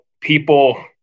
people